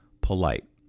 Polite